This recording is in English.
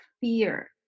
fear